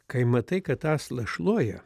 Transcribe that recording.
kai matai kad aslą šluoja